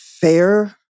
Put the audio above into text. fair